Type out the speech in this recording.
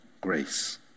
Grace